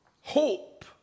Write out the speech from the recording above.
hope